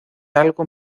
algo